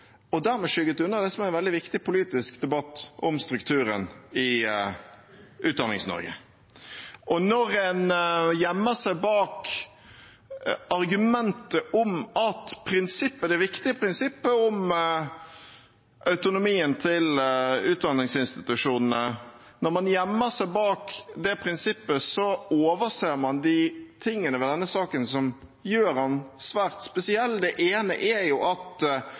og dermed skygget unna det som er en veldig viktig politisk debatt om strukturen i Utdannings-Norge. Når man gjemmer seg bak argumentet om det viktige prinsippet om autonomien til utdanningsinstitusjonene, overser man det som gjør denne saken svært spesiell. Det ene er at framtiden til studietilbudet på Helgeland var forankret i en fusjonsavtale som det